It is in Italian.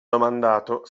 domandato